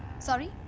sorry?